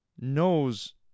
knows